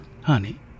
honey